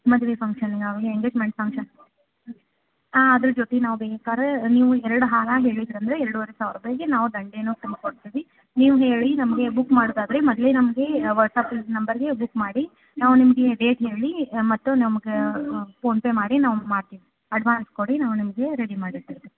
ಮದುವೆ ಫಂಕ್ಷನ್ ಆಗಲಿ engagement function ಹಾಂ ಅದ್ರ ಜೊತೆ ನಾವು ಬೇಕಾರೆ ನೀವು ಎರಡು ಹಾರ ಹೇಳಿದ್ರಿ ಅಂದರೆ ಎರಡುವರೆ ಸಾವಿರದಂಗೆ ನಾವು ದಂಡೇನೂ ತಂದು ಕೊಡ್ತೇವೆ ನೀವು ಹೇಳಿ ನಮಗೆ ಬುಕ್ ಮಾಡೋದು ಆದರೆ ಮೊದಲೆ ನಮಗೆ ವಾಟ್ಸಾಪ್ ನಂಬರಿಗೆ ಬುಕ್ ಮಾಡಿ ನಾವು ನಿಮಗೆ ಡೇಟ್ ಹೇಳಿ ಮತ್ತು ನಮ್ಗೆ ಫೋನ್ಪೇ ಮಾಡಿ ನಾವು ಮಾಡ್ತೀವಿ ಅಡ್ವಾನ್ಸ್ ಕೊಡಿ ನಾವು ನಿಮಗೆ ರೆಡಿ ಮಾಡಿ ಇಟ್ಟಿರ್ತೀವಿ